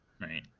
right